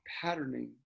patterning